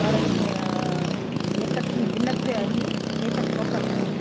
भारतं न एकत्वं भिन्नत्वे अपि एकत्वं वर्तते